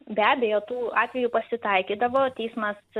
be abejo tų atvejų pasitaikydavo teismas